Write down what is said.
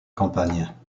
campagne